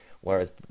whereas